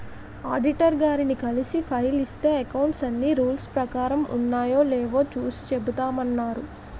auditor గారిని కలిసి file ఇస్తే అకౌంట్స్ అన్నీ రూల్స్ ప్రకారం ఉన్నాయో లేదో చూసి చెబుతామన్నారు